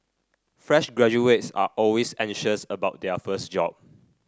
fresh graduates are always anxious about their first job